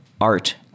art